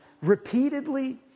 repeatedly